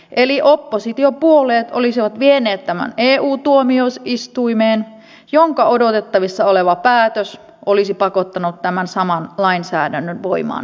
eli oppositiopuolueet olisivat vieneet tämän eu tuomioistuimeen jonka odotettavissa oleva päätös olisi pakottanut tämän saman lainsäädännön voimaan sitten kuitenkin